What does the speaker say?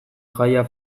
jaia